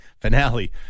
Finale